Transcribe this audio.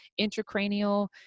intracranial